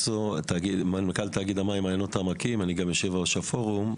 אני מנכ"ל תאגיד המים מעיינות העמקים ואני גם יושב-ראש הפורום.